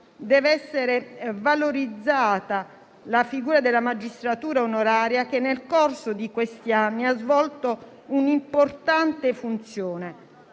Deve essere valorizzata la figura della magistratura onoraria che nel corso di questi anni ha svolto un'importante funzione.